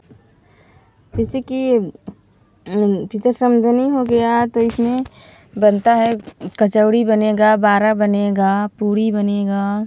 जैसे कि हो गया तो इसमें बनता है कचौड़ी बनेगा बड़ा बनेगा पूड़ी बनेगा